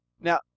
Now